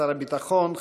שר הביטחון,